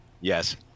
Yes